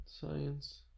science